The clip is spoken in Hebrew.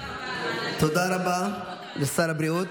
תודה רבה לשר הבריאות.